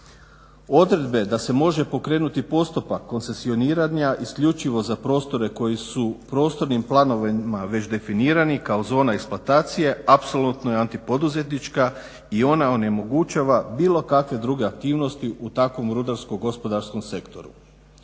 Odredbe da se može pokrenuti postupak koncesioniranja isključivo za prostore koji su prostornim planovima već definirani kao zona eksploatacije apsolutno je antipoduzetnička i ona onemogućava bilo kakve druge aktivnosti u takvom rudarsko gospodarskom sektoru.